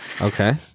Okay